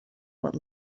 what